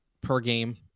per-game